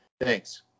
Thanks